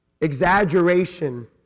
exaggeration